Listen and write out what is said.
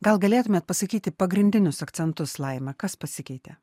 gal galėtumėt pasakyti pagrindinius akcentus laima kas pasikeitė